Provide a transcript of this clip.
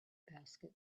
basket